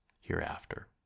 hereafter